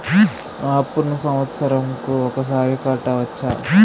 నా అప్పును సంవత్సరంకు ఒకసారి కట్టవచ్చా?